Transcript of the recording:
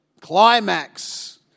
climax